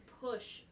push